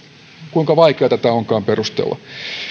kuinka vaikea tätä onkaan perustella